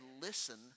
listen